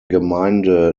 gemeinde